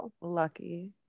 lucky